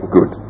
Good